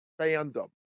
fandom